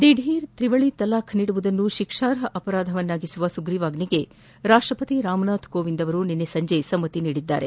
ದಿಢೀರ್ ತ್ರಿವಳಿ ತಲಾಖ್ ನೀಡುವುದನ್ನು ಶಿಕ್ಷಾರ್ಪ ಅಪರಾಧವನ್ನಾಗಿಸುವ ಸುಗ್ರಿವಾಜ್ಷೆಗೆ ರಾಷ್ಟಪತಿ ರಾಮನಾಥ್ ಕೋವಿಂದ್ ನಿನ್ನೆ ಸಂಜೆ ಸಮ್ನಿ ನೀಡಿದ್ದಾರೆ